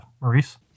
Maurice